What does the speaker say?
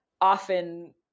often